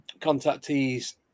contactees